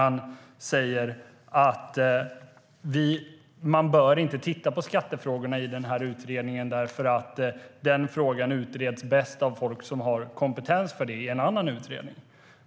Han säger att man inte bör titta på skattefrågan i utredningen därför att den frågan utreds bäst av folk som har kompetens för den i en annan utredning.